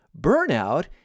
burnout